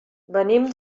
venim